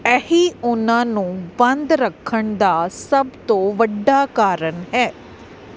ਇਹੀ ਉਹਨਾਂ ਨੂੰ ਬੰਦ ਰੱਖਣ ਦਾ ਸਭ ਤੋਂ ਵੱਡਾ ਕਾਰਨ ਹੈ